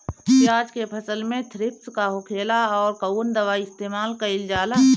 प्याज के फसल में थ्रिप्स का होखेला और कउन दवाई इस्तेमाल कईल जाला?